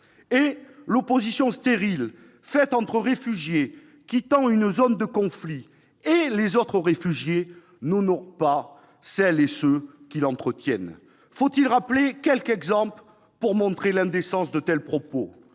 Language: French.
? L'opposition stérile entre les réfugiés quittant une zone de conflit et les autres n'honore pas celles et ceux qui l'entretiennent. Faut-il rappeler quelques exemples montrant l'indécence d'une telle